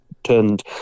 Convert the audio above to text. turned